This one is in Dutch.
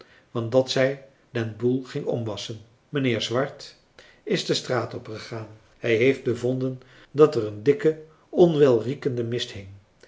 want dat zij den boel ging omwasschen mijnheer swart is de straat opgegaan hij heeft bevonden dat er een dikke onwelriekende